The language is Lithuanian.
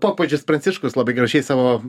popiežius pranciškus labai gražiai savo